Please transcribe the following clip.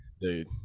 dude